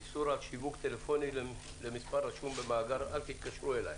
איסור על שיווק טלפוני למספר הרשום במאגר "אל תתקשרו אליי"),